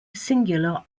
singular